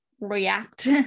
react